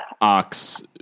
Ox